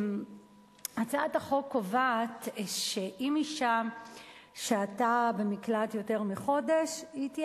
שהצעת החוק קובעת שאם אשה שהתה במקלט יותר מחודש היא תהיה